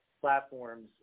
platforms